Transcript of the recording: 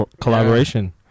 collaboration